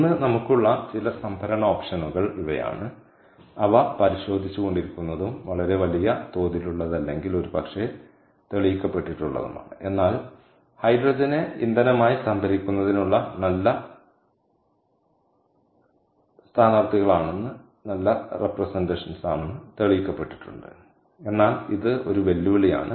ഇന്ന് നമുക്കുള്ള ചില സംഭരണ ഓപ്ഷനുകൾ ഇവയാണ് അവ പരിശോധിച്ചുകൊണ്ടിരിക്കുന്നതും വളരെ വലിയ തോതിലുള്ളതല്ലെങ്കിൽ ഒരുപക്ഷേ തെളിയിക്കപ്പെട്ടിട്ടുള്ളതുമാണ് എന്നാൽ ഹൈഡ്രജനെ ഇന്ധനമായി സംഭരിക്കുന്നതിനുള്ള നല്ല സ്ഥാനാർത്ഥികളാണെന്ന് തെളിയിക്കപ്പെട്ടിട്ടുണ്ട് എന്നാൽ ഇത് ഒരു വെല്ലുവിളിയാണ്